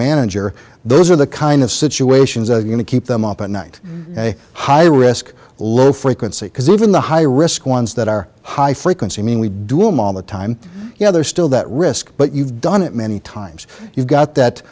manager those are the kind of situations that are going to keep them up at night a high risk low frequency because even the high risk ones that are high frequency mean we do i'm all the time yeah there's still that risk but you've done it many times you've got that